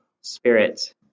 spirit